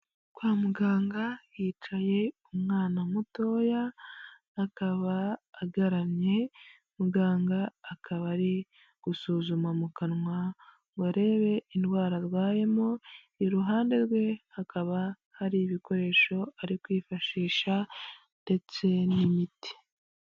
Kwa muganga yicaye umwana mutoya akaba agaramye muganga akaba ari gusuzuma mu kanwa ngo arebe indwara arwayemo. Iruhande rwe hakaba hari ibikoresho ari kwifashisha ndetse n'imiti.